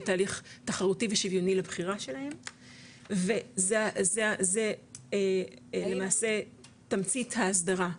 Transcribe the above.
תהליך תחרותי ושוויוני לבחירה שלהם וזה למעשה תמצית ההסדרה,